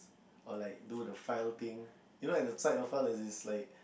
or like do the file thing